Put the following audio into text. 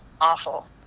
awful